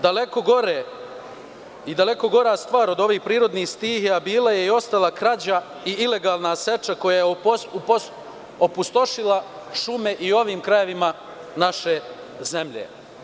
Daleko gora stvar od ovih prirodnih stihija bila je i ostala krađa i ilegalna seča, koja je opustošila šume i u ovim krajevima naše zemlje.